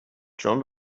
چون